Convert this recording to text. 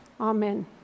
Amen